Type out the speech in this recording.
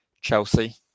Chelsea